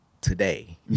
today